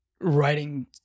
writing